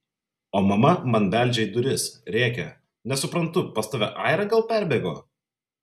o mama man beldžia į duris rėkia nesuprantu pas tave aira gal perbėgo